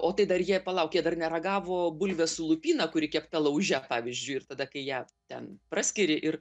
o tai dar jie palauk jie dar neragavo bulvės su lupyna kuri kepta lauže pavyzdžiui ir tada kai ją ten praskiri ir